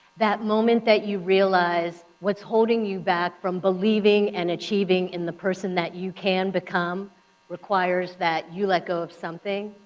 that moment that you realize what's holding you back from believing and achieving in the person that you can become requires that you let go of something?